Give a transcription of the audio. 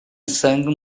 sangue